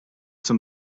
zum